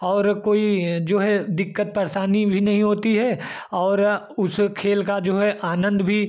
और कोई जो है दिक्कत परेशानी भी नहीं होती है और उस खेल का जो है आनंद भी